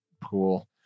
pool